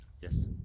Yes